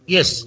Yes